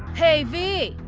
hey vee!